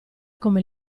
come